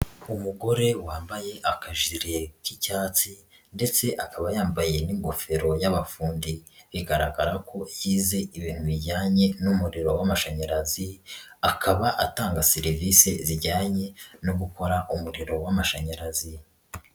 Umugore wambaye akajirire k'icyatsi ndetse akaba yambaye n'ingofero y'abafundi. Bigaragara ko yize ibintu bijyanye n'umuriro w'amashanyarazi, akaba atanga serivisi zijyanye no gukora umuriro w'amashanyarazi.